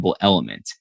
element